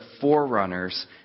forerunners